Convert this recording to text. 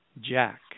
Jack